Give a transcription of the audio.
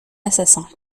assassin